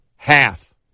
Half